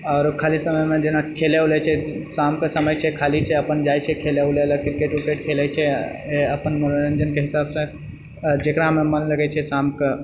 आओर खाली समयमे जेना खेलै वूलै छै शामके समयछै खालीछै अपन जाइछे खेलै वूलै ले अप क्रिकेट व्रुकेट खेलै छै अपन मनोरञ्जनके हिसाबसे जेकरामे मन लगैछे शामके